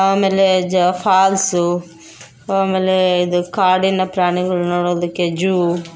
ಆಮೇಲೆ the falls ಆಮೇಲೆ ಇದು ಕಾಡಿನ ಪ್ರಾಣಿಗಳು ನೋಡೋದಕ್ಕೆ ಜೂ